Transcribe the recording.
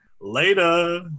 Later